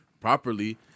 properly